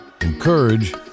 encourage